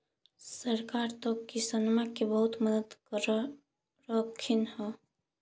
सरकार तो किसानमा के बहुते मदद कर रहल्खिन ह?